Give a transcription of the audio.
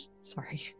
Sorry